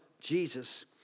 Jesus